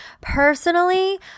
personally